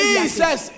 Jesus